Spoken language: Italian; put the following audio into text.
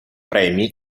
premi